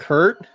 Kurt